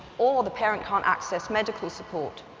or the parent can't access medical support.